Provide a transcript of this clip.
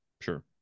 sure